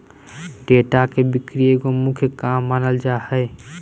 data के बिक्री एगो मुख्य काम मानल जा हइ